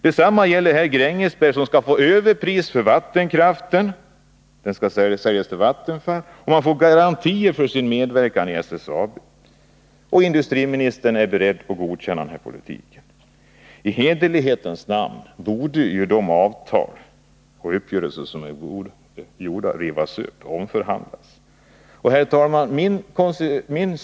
Detsamma gäller Gränges, som skall få ta ut ett överpris för vattenkraften när den säljs till Vattenfall och som skall få garantier för sin medverkan i SSAB. Industriministern är beredd att godkänna denna politik. I hederlighetens namn borde dessa avtal och uppgörelser rivas upp och omförhandling äga rum.